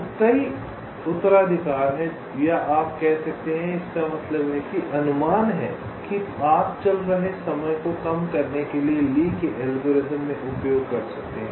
अब कई उत्तराधिकार हैं या आप कह सकते हैं इसका मतलब है कि अनुमान है कि आप चल रहे समय को कम करने के लिए ली के एल्गोरिथ्म में उपयोग कर सकते हैं